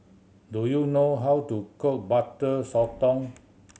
do you know how to cook Butter Sotong